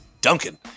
Duncan